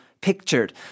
pictured